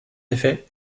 effet